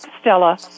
Stella